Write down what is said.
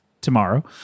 tomorrow